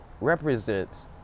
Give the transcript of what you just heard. represents